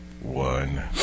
One